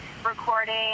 recording